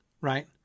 right